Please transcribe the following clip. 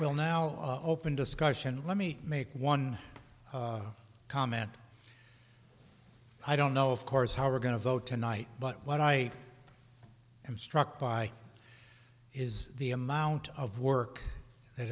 will now open discussion let me make one comment i don't know of course how we're going to vote tonight but what i am struck by is the amount of work that